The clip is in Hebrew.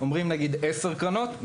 אומרים: עשר קרנות.